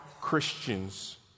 Christians